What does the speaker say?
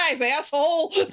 asshole